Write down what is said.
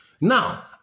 Now